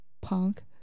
punk